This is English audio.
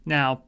Now